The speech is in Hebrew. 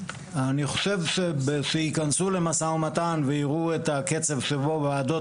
אני חושב שכשייכנסו למשא ומתן ויראו את הקצב שבו ועדות